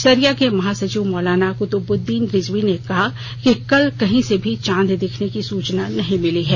सरिया के महासचिव मौलाना कुतुबुद्दीन रिजवी ने कहा कि कल कहीं से भी चांद दिखने की सूचना नहीं मिली है